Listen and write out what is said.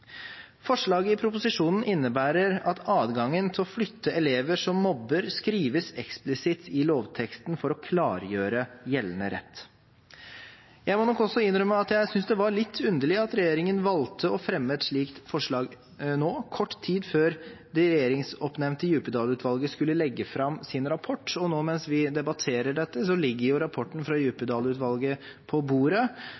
Forslaget i proposisjonen innebærer at adgangen til å flytte elever som mobber, skrives eksplisitt i lovteksten for å klargjøre gjeldende rett. Jeg må nok også innrømme at jeg synes det er litt underlig at regjeringen valgte å fremme et slikt forslag nå, kort tid før det regjeringsoppnevnte Djupedal-utvalget skulle legge fram sin rapport – og nå, mens vi debatterer dette, ligger rapporten fra Djupedal-utvalget på bordet,